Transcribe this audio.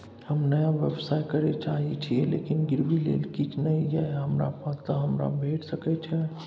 हम नया व्यवसाय करै चाहे छिये लेकिन गिरवी ले किछ नय ये हमरा पास त हमरा भेट सकै छै?